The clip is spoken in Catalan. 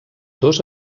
dos